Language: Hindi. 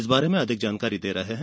इस बारे में अधिक जानकारी दे रहे हैं